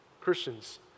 Christians